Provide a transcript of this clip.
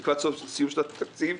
לקראת סיום שנת התקציב,